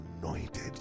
anointed